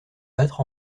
battre